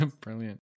brilliant